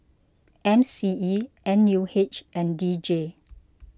M C E N U H and D J